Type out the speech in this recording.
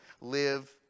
live